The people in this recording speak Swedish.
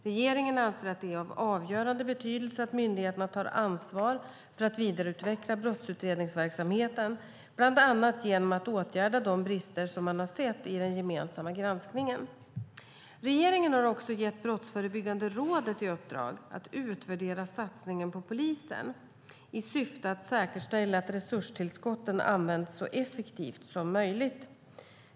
Regeringen anser att det är av avgörande betydelse att myndigheterna tar ansvar för att vidareutveckla brottsutredningsverksamheten, bland annat genom att åtgärda de brister som man har sett i den gemensamma granskningen. Regeringen har också gett Brottsförebyggande rådet i uppdrag att utvärdera satsningen på polisen i syfte att säkerställa att resurstillskotten används så effektivt som möjligt.